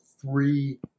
three